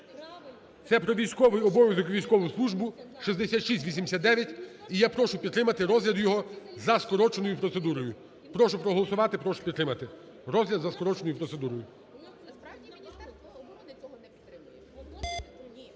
це про військовий обов'язок і військову службу (6689). І я прошу підтримати розгляд його за скороченою процедурою. Прошу проголосувати, прошу підтримати розгляд за скороченою процедурою.